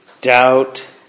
doubt